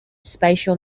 spatial